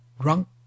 drunk